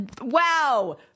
wow